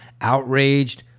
outraged